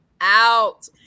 out